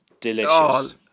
delicious